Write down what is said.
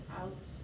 out